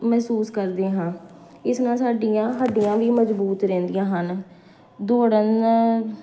ਮਹਿਸੂਸ ਕਰਦੇ ਹਾਂ ਇਸ ਨਾਲ ਸਾਡੀਆਂ ਹੱਡੀਆਂ ਵੀ ਮਜ਼ਬੂਤ ਰਹਿੰਦੀਆਂ ਹਨ ਦੌੜਨ